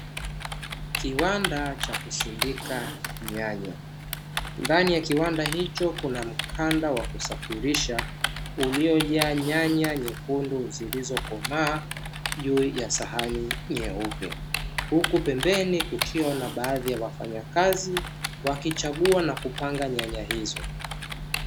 Kiwanda cha kusindika nyanya, ndani ya kiwanda hicho kuna mkanda wa kusafirisha uliojaa nyanya nyekundu zilizokomaa, juu ya sahani nyeupe, huku pembeni kukiwa na baadhi ya wafanyakazi wakichagua na kupanga nyanya hizo.